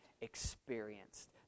experienced